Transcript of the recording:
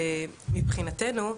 מבחינתנו,